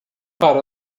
para